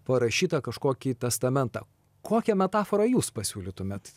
parašytą kažkokį testamentą kokią metaforą jūs pasiūlytumėt